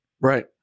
Right